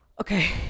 Okay